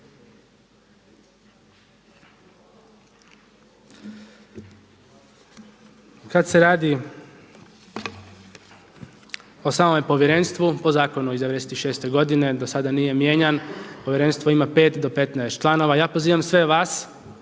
Kad se radi o samom povjerenstvu, po zakonu iz '96. godine do sada nije mijenjan. Povjerenstvo ima 5 do 15 članova. Ja pozivam sve vas